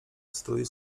strój